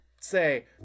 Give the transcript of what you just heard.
say